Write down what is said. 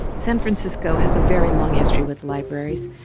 san francisco has a very long history with libraries.